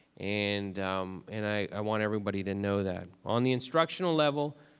and um and i want everybody to know that on the instructional level,